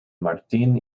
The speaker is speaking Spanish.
martín